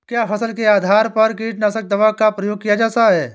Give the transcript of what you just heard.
क्या फसल के आधार पर कीटनाशक दवा का प्रयोग किया जाता है?